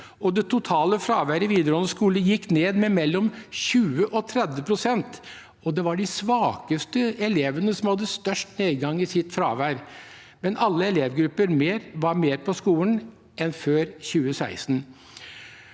det totale fraværet i videregående skole gikk ned med mellom 20 og 30 pst. Det var de svakeste elevene som hadde størst nedgang i sitt fravær, men alle elevgrupper var mer på skolen enn før 2016.